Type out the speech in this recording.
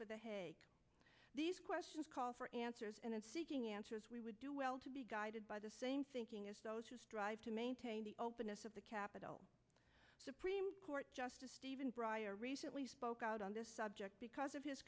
for the head these questions call for answers and in seeking answers we would do well to be guided by the same thinking drive to maintain the openness of the capital supreme court justice stephen breyer recently spoke out on this subject because of his